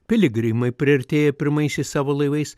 piligrimai priartėję pirmaisiais savo laivais